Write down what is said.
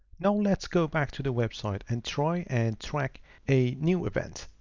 now let's go back to the website and try and track a new event.